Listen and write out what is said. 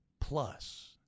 plus